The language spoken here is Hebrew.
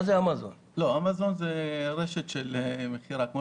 אמזון זה רשת של מכירה.